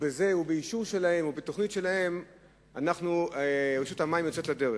ובאישור שלהם ובתוכנית שלהם רשות המים יוצאת לדרך.